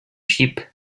sheep